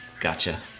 Gotcha